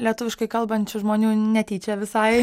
lietuviškai kalbančių žmonių netyčia visai